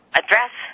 address